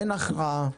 אין הכרעה.